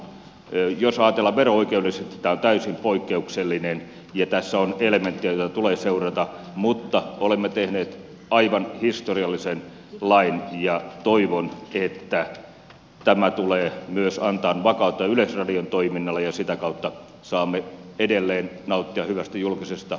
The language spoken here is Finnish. jos ajatellaan vero oikeudellisesti tämä on täysin poikkeuksellinen ja tässä on elementtejä joita tulee seurata mutta olemme tehneet aivan historiallisen lain ja toivon että tämä tulee myös antamaan vakautta yleisradion toiminnalle ja sitä kautta saamme edelleen nauttia hyvästä julkisesta palvelusta